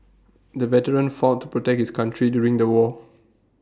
the veteran fought to protect his country during the war